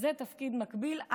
וזה תפקיד מקביל.